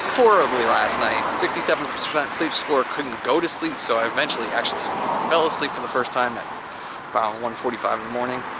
horribly last night sixty seven percent sleep score, couldn't go to sleep, so i eventually actually fell asleep for the first time and around one forty five in the morning.